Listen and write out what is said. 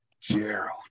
Gerald